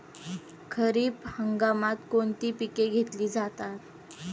खरीप हंगामात कोणती पिके घेतली जातात?